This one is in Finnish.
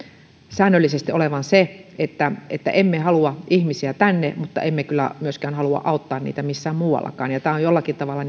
säännöllisesti olevan se että että emme halua ihmisiä tänne mutta emme kyllä myöskään halua auttaa heitä missään muuallakaan ja tämä on jollakin tavalla